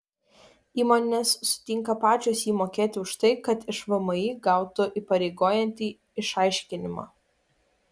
įmonės sutinka pačios jį mokėti už tai kad iš vmi gautų įpareigojantį išaiškinimą